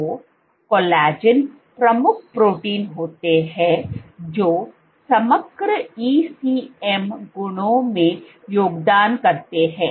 तो कोलेजन प्रमुख प्रोटीन होते हैं जो समग्र ECM गुणों में योगदान करते हैं